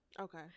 Okay